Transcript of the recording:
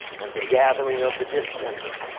and the gathering of the dismembered.